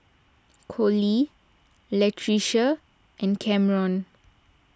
Colie Latricia and Cameron